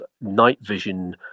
night-vision